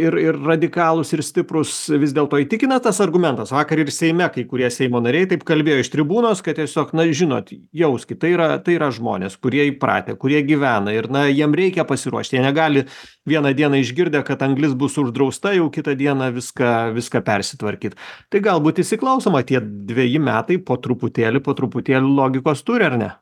ir ir radikalūs ir stiprūs vis dėlto įtikina tas argumentas vakar ir seime kai kurie seimo nariai taip kalbėjo iš tribūnos kad tiesiog na žinot jauskit tai yra tai yra žmonės kurie įpratę kurie gyvena ir na jiem reikia pasiruošt jie negali vieną dieną išgirdę kad anglis bus uždrausta jau kitą dieną viską viską persitvarkyt tai galbūt įsiklausoma tie dveji metai po truputėlį po truputėlį logikos turi ar ne